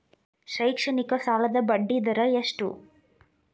ಶೈಕ್ಷಣಿಕ ಸಾಲದ ಬಡ್ಡಿ ದರ ಎಷ್ಟು?